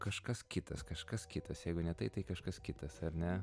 kažkas kitas kažkas kitas jeigu ne tai tai kažkas kitas ar ne